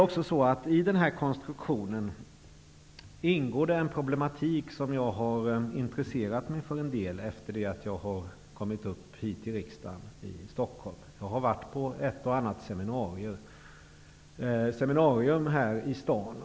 I denna konstruktion ingår en problematik som jag har intresserat mig för en del efter det att jag har kommit till riksdagen i Stockholm. Jag har varit på ett och annat seminarium här i stan.